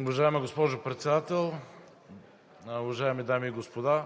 Уважаема госпожо Председател, уважаеми дами и господа!